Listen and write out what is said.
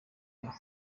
aho